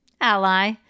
Ally